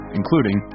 including